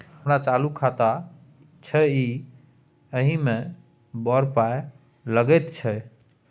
हमर चालू खाता छै इ एहि मे बड़ पाय लगैत छै